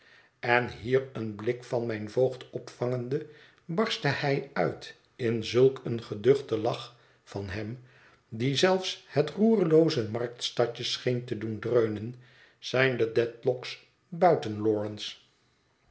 en hier een blik van mijn voogd opvangende barstte hij uit in zulk een geduchten lach van hem die zelfs het roerlooze marktstadje scheen te doen dreunen zijn de